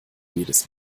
jedes